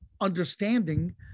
understanding